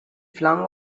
flung